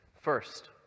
First